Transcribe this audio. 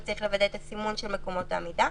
הוא צריך לוודא את הסימון של מקומות העמידה,